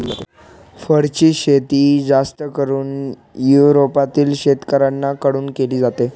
फरची शेती जास्त करून युरोपातील शेतकऱ्यांन कडून केली जाते